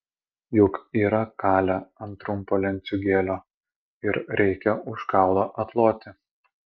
juk yra kalę ant trumpo lenciūgėlio ir reikia už kaulą atloti